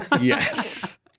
Yes